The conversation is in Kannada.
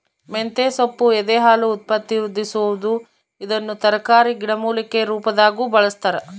ಮಂತೆಸೊಪ್ಪು ಎದೆಹಾಲು ಉತ್ಪತ್ತಿವೃದ್ಧಿಸುವದು ಇದನ್ನು ತರಕಾರಿ ಗಿಡಮೂಲಿಕೆ ರುಪಾದಾಗೂ ಬಳಸ್ತಾರ